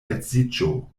edziĝo